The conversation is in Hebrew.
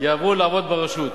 יעברו לעבוד ברשות,